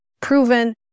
proven